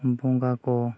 ᱵᱚᱸᱜᱟ ᱠᱚ